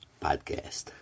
podcast